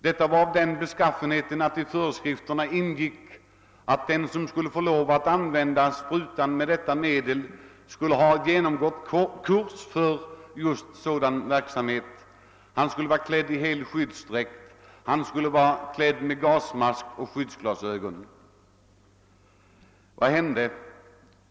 Detta var av den beskaffenheten att det i föreskrifterna ingick att den som skulle få lov att använda sprutan med medlet skulle ha genomgått en kort kurs för sådan verksamhet samt vara klädd i hel skyddsdräkt och bära gasmask och skyddsglasögon. Vad hände?